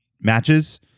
matches